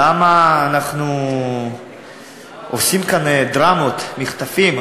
למה אנחנו עושים כאן דרמות, מחטפים.